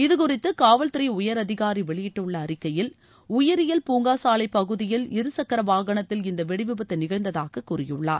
இது குறித்து காவல்துறை உயர் அதிகாரி வெளியிட்டுள்ள அறிக்கையில் உயிரியல் பூங்கா சாலை பகுதியில் இருசக்கர வாகனத்தில் இந்த வெடிவிபத்து நிகழ்ந்ததாக கூறியுள்ளார்